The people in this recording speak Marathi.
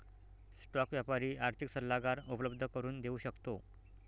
स्टॉक व्यापारी आर्थिक सल्लागार उपलब्ध करून देऊ शकतो